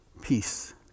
Peace